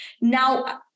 now